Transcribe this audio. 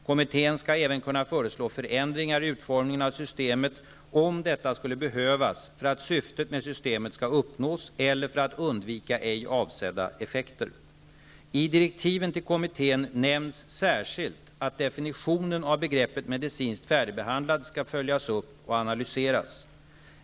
Kommittén skall även kunna föreslå förändringar i utformningen av systemet, om detta skulle behövas för att syftet med systemet skall uppnås eller för att undvika ej avsedda effekter. I direktiven till kommittén nämns särskilt att definitionen av begreppet medicinskt färdigbehandlad skall följas upp och analyseras.